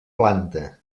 planta